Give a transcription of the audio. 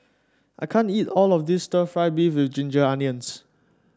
I can't eat all of this stir fry beef with Ginger Onions